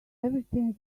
everything